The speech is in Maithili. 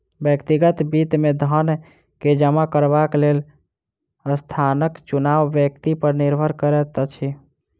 व्यक्तिगत वित्त मे धन के जमा करबाक लेल स्थानक चुनाव व्यक्ति पर निर्भर करैत अछि